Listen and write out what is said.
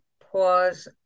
pause